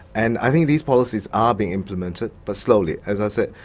and i think these policies are being implemented, but slowly. as i said,